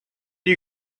you